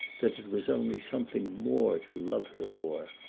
that it was only something more to love her for.